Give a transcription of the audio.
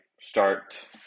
start